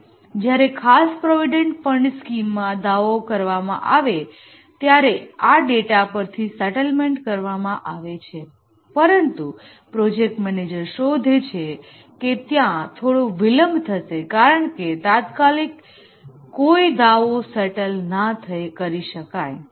અને જ્યારે ખાસ પ્રોવીડેંટ ફંડ સ્કીમમાં દાવો કરવામાં આવે ત્યારે આ ડેટા પરથી સેટલમેન્ટ કરવામાં આવે છે પરંતુ પ્રોજેક્ટ મેનેજર શોધે છે કે ત્યાં થોડો વિલંબ થશે કારણકે તાત્કાલિક કોઈ દાવો સેટલ ના કરી શકાય